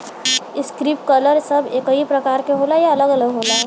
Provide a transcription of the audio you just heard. Sprinkler सब एकही प्रकार के होला या अलग अलग होला?